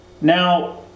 Now